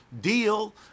deal